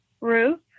Roof